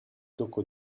tocco